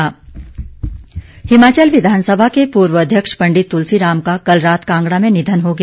निधन हिमाचल विधानसभा के पूर्व अध्यक्ष पंडित तुलसी राम का कल रात कांगड़ा में निधन हो गया